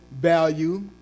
value